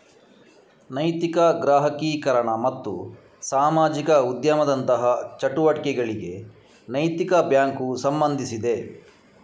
ನೈತಿಕ ಗ್ರಾಹಕೀಕರಣ ಮತ್ತು ಸಾಮಾಜಿಕ ಉದ್ಯಮದಂತಹ ಚಳುವಳಿಗಳಿಗೆ ನೈತಿಕ ಬ್ಯಾಂಕು ಸಂಬಂಧಿಸಿದೆ